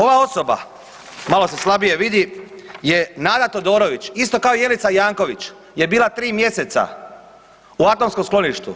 Ova osoba, malo se slabije vidi, je Nada Todorović isto kao Jelica Janković je bila 3 mjeseca u atomskom skloništu.